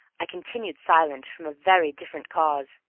i continued silent from a very different cause.